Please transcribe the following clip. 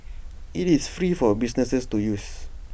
IT is free for businesses to use